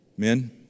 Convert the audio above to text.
Men